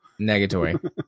Negatory